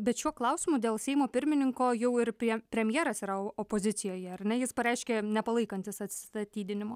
bet šiuo klausimu dėl seimo pirmininko jau ir prie premjeras yra o opozicijoje ar ne jis pareiškė nepalaikantis atsistatydinimo